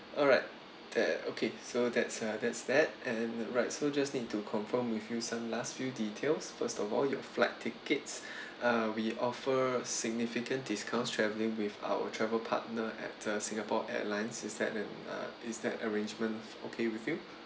um alright that okay so that's uh that's that and right so just need to confirm with you some last few details first of all your flight tickets uh we offer a significant discount travelling with our travel partner at the singapore airlines is that uh is that arrangements okay with you